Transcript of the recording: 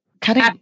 cutting